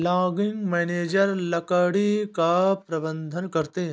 logging manager लकड़ी का प्रबंधन करते है